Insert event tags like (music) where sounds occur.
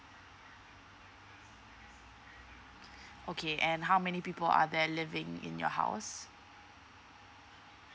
(breath) okay and how many people are there living in your house